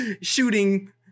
shooting